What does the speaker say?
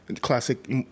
Classic